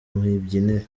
mibyinire